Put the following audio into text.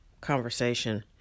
conversation